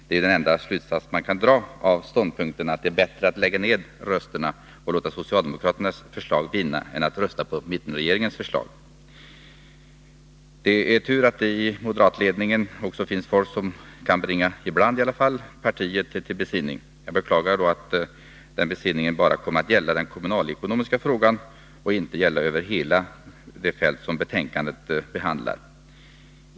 Det är den enda slutsats man kan dra av ståndpunkten att det är bättre att lägga ned rösterna och låta socialdemokraternas förslag vinna än att rösta på mittenregeringens förslag. Det är tur att det i moderatledningen också finns folk som ibland kan bringa partiet till besinning. Jag beklagar att denna besinning bara kommer att gälla den kommunalekonomiska frågan och inte över hela det fält som betänkandet behandlar.